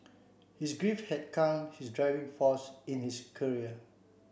his grief had come his driving force in his career